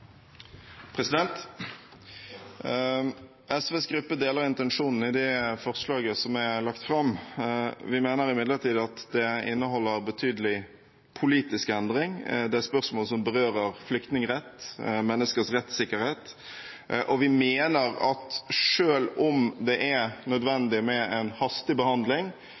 SVs gruppe deler intensjonen i det forslaget som er lagt fram. Vi mener imidlertid at det inneholder betydelig politisk endring. Det er spørsmål som berører flyktningrett og menneskers rettssikkerhet. Vi mener at selv om det er nødvendig med en hastig behandling,